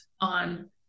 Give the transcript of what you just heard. on